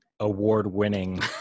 award-winning